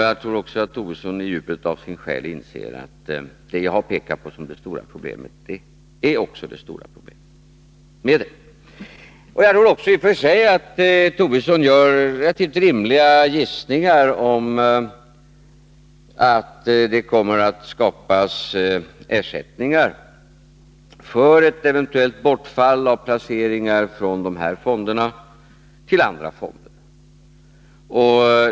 Jag tror också att Lars Tobisson i djupet av sin själ inser att det jag har pekat på som det stora problemet också är det stora problemet. Jag tror vidare att Lars Tobisson i och för sig gör relativt rimliga gissningar om att det kommer att skapas ersättningar för ett eventuellt bortfall av placeringar i de här fonderna genom överföring till andra fonder.